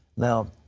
now,